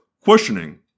questioning